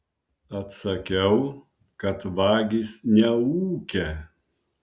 atsakiau kad vagys neūkia